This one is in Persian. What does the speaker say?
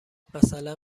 مثلا